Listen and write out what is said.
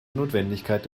notwendigkeit